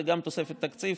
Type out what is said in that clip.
זה גם תוספת תקציב,